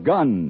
Gun